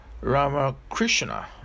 Ramakrishna